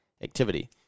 Activity